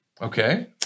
okay